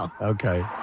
Okay